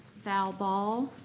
val ball,